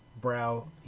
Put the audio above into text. brow